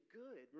good